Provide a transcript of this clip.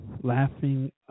laughing